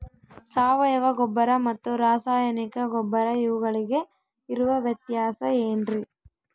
ಸಾವಯವ ಗೊಬ್ಬರ ಮತ್ತು ರಾಸಾಯನಿಕ ಗೊಬ್ಬರ ಇವುಗಳಿಗೆ ಇರುವ ವ್ಯತ್ಯಾಸ ಏನ್ರಿ?